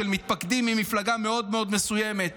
של מתפקדים ממפלגה מאוד מאוד מסוימת.